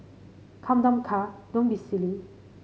come down car don't be silly